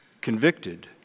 convicted